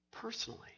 personally